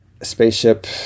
spaceship